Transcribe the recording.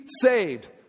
saved